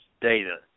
data